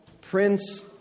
Prince